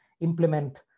implement